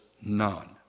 none